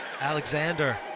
Alexander